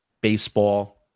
baseball